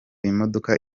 imodoka